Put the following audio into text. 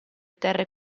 terre